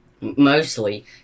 Mostly